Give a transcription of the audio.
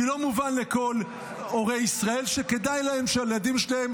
כי לא מובן לכל הורי ישראל שכדאי להם שהילדים שלהם